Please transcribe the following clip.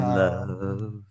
love